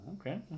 okay